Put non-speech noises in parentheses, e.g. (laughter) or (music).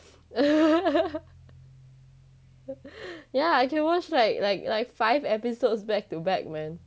(laughs) yeah I can watch like like like five episodes back to back man